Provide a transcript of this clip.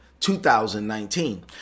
2019